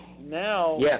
now